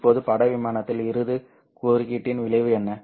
இப்போது பட விமானத்தில் இந்த குறுக்கீட்டின் விளைவு என்ன